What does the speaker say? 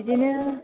बिदिनो